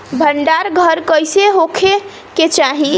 भंडार घर कईसे होखे के चाही?